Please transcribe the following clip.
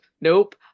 Nope